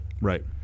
Right